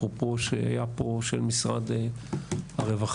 אפרופו שהיה פה של משרד הרווחה,